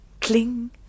cling